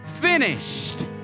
finished